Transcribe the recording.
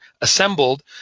assembled